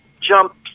jump